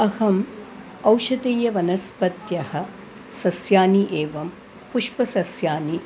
अहम् औषधीयवनस्पतयः सस्यानि एवं पुष्पसस्यानि